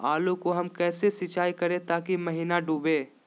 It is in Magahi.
आलू को हम कैसे सिंचाई करे ताकी महिना डूबे?